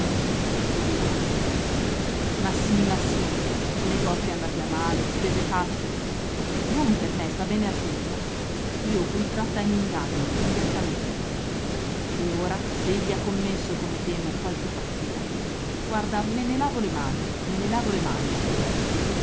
rovinato ma sì ma sì negozi andati a male spese pazze non per me sta bene attenta io fui tratta in inganno vigliaccamente e ora se egli ha commesso come temo qualche pazzia guarda me ne lavo le mani me ne lavo le mani